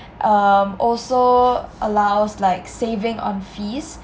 um also allows like saving on fees